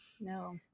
no